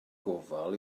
gofal